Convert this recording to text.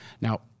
now